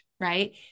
right